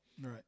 Right